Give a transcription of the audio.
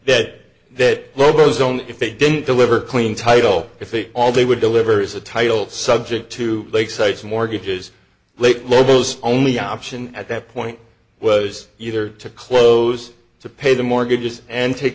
dead that rovers only if they didn't deliver clean title if they all they would deliver is a title subject to league sites mortgages late lobo's only option at that point was either to close to pay the mortgages and take